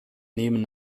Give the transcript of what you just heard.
nehmen